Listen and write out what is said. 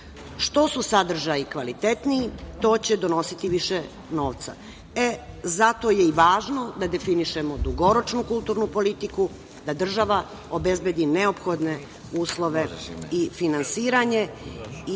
što su sadržaji kvalitetniji, to će donositi više novca. Zato je i važno da definišemo dugoročnu kulturnu politiku, da država obezbedi neophodne uslove i finansiranje. Zato